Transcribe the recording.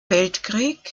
weltkrieg